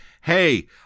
hey